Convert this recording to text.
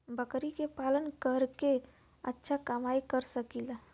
बकरी के पालन करके अच्छा कमाई कर सकीं ला?